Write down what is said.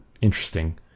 interesting